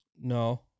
No